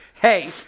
Hey